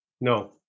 No